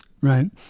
Right